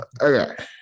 Okay